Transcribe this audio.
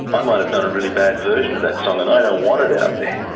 i might have done a really bad version of that song and i don't want it out there.